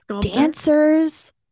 dancers